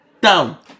Down